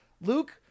Luke